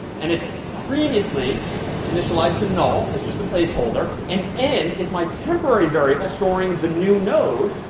and it's previously initialized to null it's just a place holder and n is my temporary variable storing the new node,